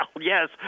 yes